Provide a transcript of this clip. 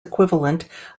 equivalent